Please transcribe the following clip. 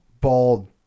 bald